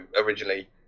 originally